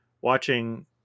watching